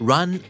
Run